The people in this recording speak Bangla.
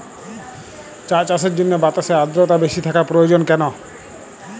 চা চাষের জন্য বাতাসে আর্দ্রতা বেশি থাকা প্রয়োজন কেন?